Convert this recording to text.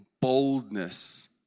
boldness